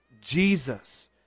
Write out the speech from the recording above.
Jesus